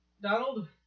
Donald